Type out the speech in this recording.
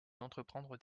d’entreprendre